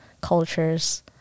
cultures